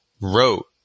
wrote